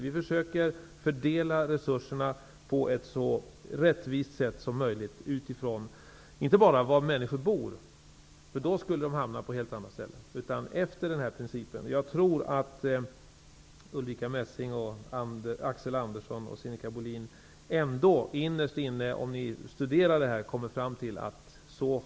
Vi försöker fördela resurserna så rättvist som möjligt, inte bara med hänsyn till var människor bor -- då skulle resurserna hamna på helt andra ställen -- utan också med hänsyn till den här nämnda principen. Jag tror att Ulrica Messing, Axel Andersson och Sinikka Bohlin ändå innerst inne, om ni studerar detta, drar denna slutsats.